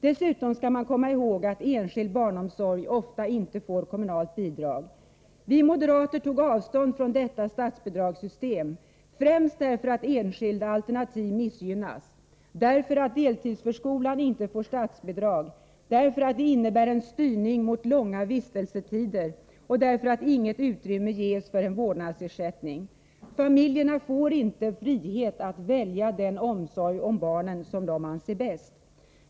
Dessutom skall man komma ihåg att enskild barnomsorg ofta inte får kommunalt bidrag. Vi moderater tog avstånd från detta statsbidragssystem, främst därför att enskilda alternativ missgynnas, därför att deltidsförskolan inte får statsbidrag, därför att det innebär en styrning mot långa vistelsetider och därför att inget utrymme ges för en vårdnadsersättning. Familjerna får inte frihet att välja den omsorg om barnen som de anser bäst.